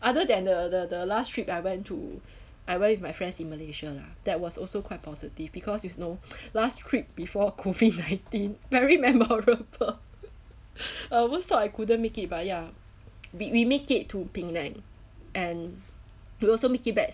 other than the the the last trip I went to I went with my friends in malaysia lah that was also quite positive because you know last trip before COVID nineteen very memorable uh one stop I couldn't make it but ya we we make it to penang and we also make it back